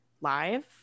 live